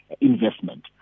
Investment